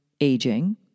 aging